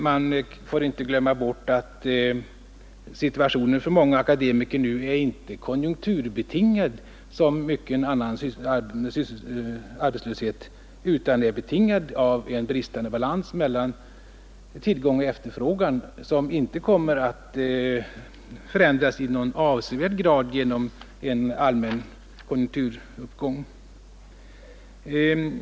Man får inte glömma bort att situationen för många akademiker nu inte är konjunkturbetingad, som mycken annan arbetslöshet, utan betingad av en bristande balans mellan tillgång och efterfrågan, som inte kommer att förändras i någon avsevärd grad genom en allmän konjunkturuppgång.